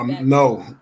No